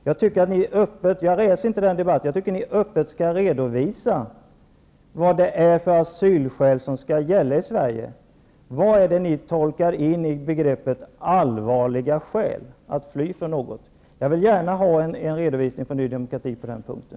Jag tycker att ni öppet skall redovisa vad det är för asylskäl som skall gälla i Sverige. Vad tolkar ni in i begreppet allvarliga skäl att fly från något? Jag vill gärna ha en redovisning från Ny demokrati på den punkten.